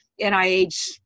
NIH